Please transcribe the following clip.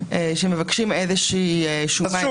שמבקשים איזושהי שומה --- אז גם